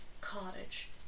cottage